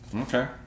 Okay